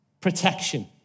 protection